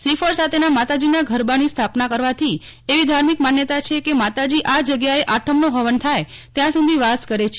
શ્રીફળ સાથેના માતાજીના ગરબાની સ્થાપના કરવાથી એવી ધાર્મિક માન્યતા છે કે માતાજી આ જગ્યાએ આઠમનો હવન થાય ત્યાં સુધી વાસ કરે છે